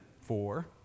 four